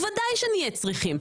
בוודאי שנהיה צריכים.